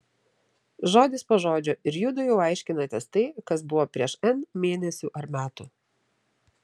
žodis po žodžio ir judu jau aiškinatės tai kas buvo prieš n mėnesių ar metų